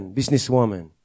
businesswoman